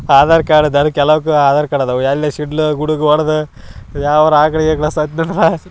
Aadhaar card ದನಕ್ಕೆ ಎಲ್ಲವಕ್ಕೂ Aadhaar card ಅದಾವು ಎಲ್ಲಿ ಸಿಡ್ಲು ಗುಡುಗು ಹೊಡ್ದು ಯಾವಾರ ಆಕ್ಳು ಗೀಕ್ಳ ಸತ್ತು ಬಿಟ್ರೆ